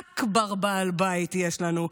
אכבר בעל בית יש לנו,